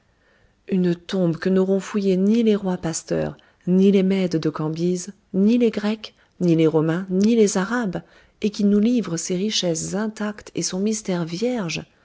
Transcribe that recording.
une tombe que n'auront fouillée ni les rois pasteurs ni les mèdes de cambyse ni les grecs ni les romains ni les arabes et qui nous livre ses richesses intactes et son mystère vierge